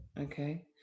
okay